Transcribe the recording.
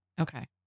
Okay